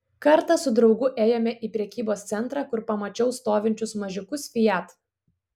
kartą su draugu ėjome į prekybos centrą kur pamačiau stovinčius mažiukus fiat